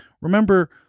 Remember